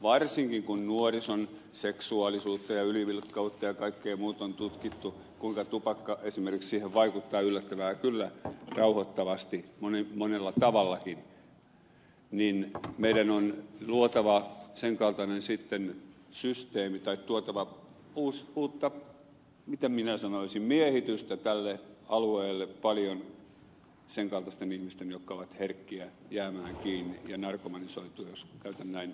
varsinkin kun nuorison seksuaalisuutta ja ylivilkkautta ja kaikkea muuta on tutkittu kuinka tupakka esimerkiksi niihin vaikuttaa yllättävää kyllä rauhoittavasti monella tavallakin niin meidän on luotava sen kaltainen systeemi tai tuotava uutta miten minä sanoisin miehitystä tälle alueelle paljon sen kaltaisten ihmisten jotka ovat herkkiä jäämään kiinni ja narkomanisoitumaan jos käytän näin rohkeata sanaa asioissa